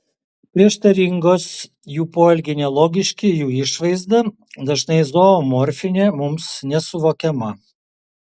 prieštaringos jų poelgiai nelogiški jų išvaizda dažnai zoomorfinė mums nesuvokiama